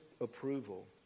approval